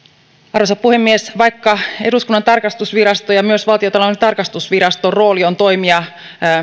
arvoisa puhemies vaikka eduskunnan tarkastusvaliokunnan ja myös valtiontalouden tarkastusviraston rooli on toimia